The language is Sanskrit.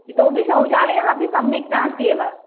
इतोपि शौचालयः अपि सम्यक् नास्ति एव